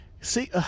see